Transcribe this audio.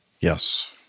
Yes